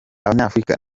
abanyafurika